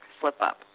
slip-up